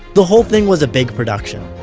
the whole thing was a big production.